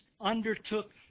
undertook